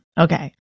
Okay